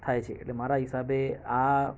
થાય છે એટલે મારા હિસાબે આ